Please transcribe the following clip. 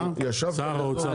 שר האוצר בירך.